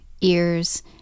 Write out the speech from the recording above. ears